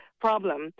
problem